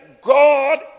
God